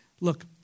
Look